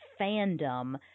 fandom